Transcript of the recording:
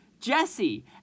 Jesse